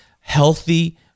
healthy